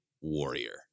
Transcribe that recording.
warrior